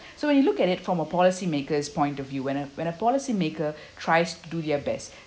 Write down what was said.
so when you look at it from a policymaker's point of view when a when a policymaker tries to do their best